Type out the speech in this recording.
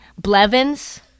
Blevins